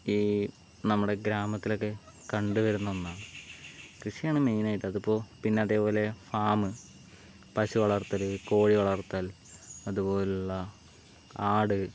ഈ നമ്മുടെ ഗ്രാമത്തിലൊക്കെ കണ്ടുവരുന്ന ഒന്നാണ് കൃഷിയാണ് മെയിനായിട്ട് അതിപ്പോൾ അതേപോലെ ഫാമ് പശു വളർത്തല് കോഴി വളർത്തൽ അതുപോലുള്ള ആട്